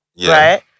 right